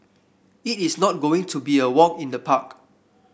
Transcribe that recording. it is not going to be a walk in the park